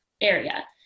area